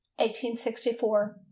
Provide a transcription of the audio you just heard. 1864